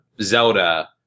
Zelda